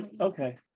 okay